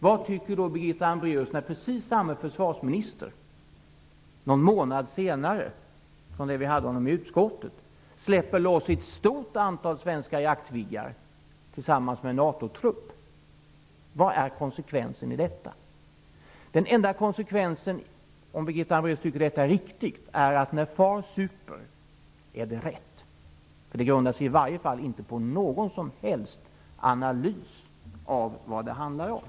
Vad tycker då Birgitta Hambraeus när precis samma försvarsminister någon månad efter det att vi hörde honom i utskottet släpper loss ett stort antal svenska jaktviggar tillsammans med NATO-trupp? Vad är konsekvensen i detta? Den enda konsekvensen, om Birgitta Hambraeus tycker att detta är riktigt, är att när far super är det rätt. Det grundar sig i varje fall inte på någon som helst analys av vad det handlar om.